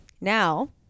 now